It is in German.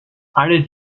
alle